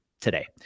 today